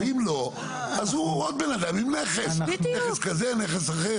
ואם לא אז הוא עוד אדם עם נכס כזה או אחר.